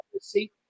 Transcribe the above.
see